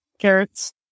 Carrots